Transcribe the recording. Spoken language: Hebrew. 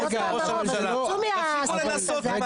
אז תמשיכו לנסות,